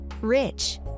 rich